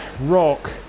rock